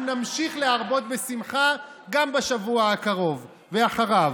אנחנו נמשיך להרבות בשמחה גם בשבוע הקרוב ואחריו.